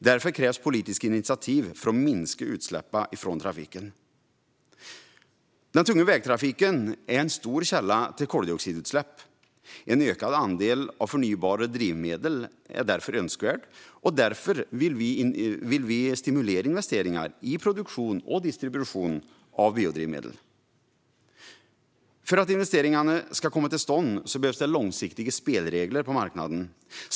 Därför krävs politiska initiativ för att minska utsläppen från trafiken. Den tunga vägtrafiken är en stor källa till koldioxidutsläpp. En ökad andel förnybara drivmedel är önskvärd och därför vill vi stimulera investeringar i produktion och distribution av biodrivmedel. För att investeringarna ska komma till stånd behövs långsiktiga spelregler på marknaden.